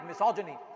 misogyny